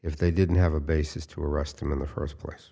if they didn't have a basis to arrest him in the first place